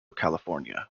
california